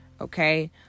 Okay